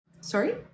Sorry